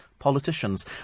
politicians